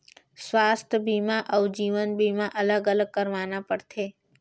स्वास्थ बीमा अउ जीवन बीमा अलग अलग करवाना पड़थे?